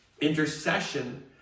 Intercession